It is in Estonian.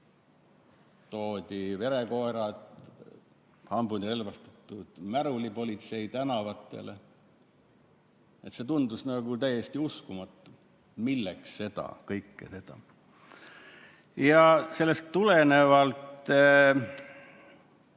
toodi verekoerad ja hambuni relvastatud märulipolitsei tänavatele. See tundus täiesti uskumatu. Milleks seda kõike teha? Sellest tulenevalt